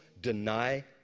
deny